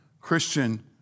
Christian